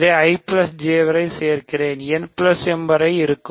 இதைI J வரை சேர்க்கிறேன் n m வரை இருக்கும்